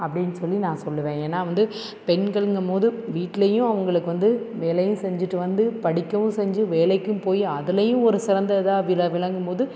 அப்படின்னு சொல்லி நான் சொல்லுவேன் ஏன்னால் வந்து பெண்களுங்கும் போது வீட்லேயும் அவங்களுக்கு வந்து வேலையும் செஞ்சுட்டு வந்து படிக்கவும் செஞ்சு வேலைக்கும் போய் அதுலேயும் ஒரு சிறந்த இதாக விள விளங்கும் போது